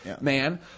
man